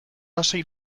lasai